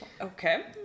okay